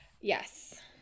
yes